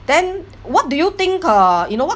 then what do you think uh you know what